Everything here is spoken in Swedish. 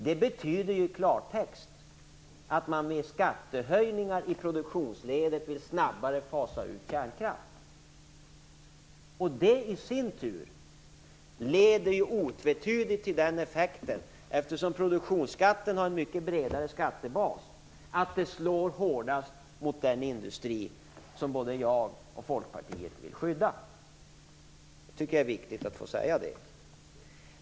Det betyder i klartext att man med skattehöjningar i produktionsledet vill fasa ut kärnkraften snabbare. Det leder i sin tur otvetydigt till den effekten - eftersom produktionsskatten har en mycket bredare skattebas - att det slår hårdast mot den industri som både jag och Folkpartiet vill skydda.